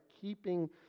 keeping